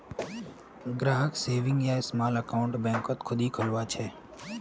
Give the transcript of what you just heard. ग्राहक सेविंग या small account बैंकत खुदे खुलवा छे